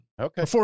Okay